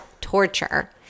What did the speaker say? torture